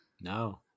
no